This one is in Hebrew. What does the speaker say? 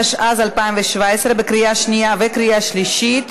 התשע"ז 2017, לקריאה שנייה וקריאה שלישית.